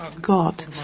God